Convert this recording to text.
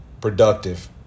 productive